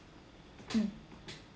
mm